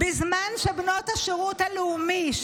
בזמן שבנות השירות הלאומי,